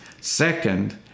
Second